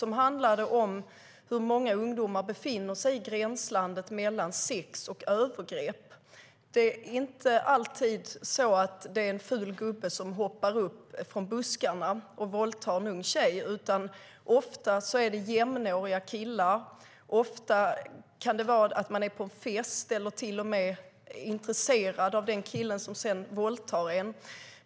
Den handlade om hur många ungdomar befinner sig i gränslandet mellan sex och övergrepp. Det är inte alltid en ful gubbe som hoppar upp från buskarna och våldtar en ung tjej, utan ofta är det jämnåriga killar. Ofta kan det vara att man är på fest eller till och med är intresserad av den kille som sedan våldtar en.